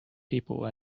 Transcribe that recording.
people